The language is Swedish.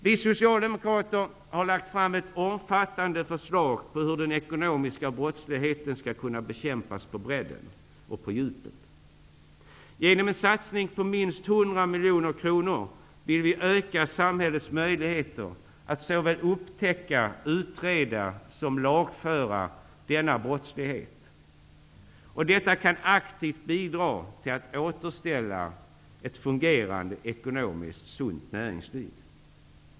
Vi socialdemokrater har lagt fram ett omfattande förslag till hur den ekonomiska brottsligheten skall kunna bekämpas på bredden och på djupet. Genom en satsning på minst 100 miljoner kronor vill vi öka samhällets möjligheter att upptäcka, utreda och lagföra denna brottslighet. Detta kan aktivt bidra till att återställa ett fungerande ekonomiskt sunt näringsliv.